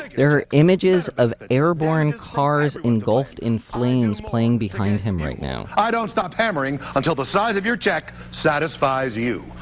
like there are images of airborne cars engulfed in flames playing behind him right now i don't stop hammering until the size of your check satisfies you.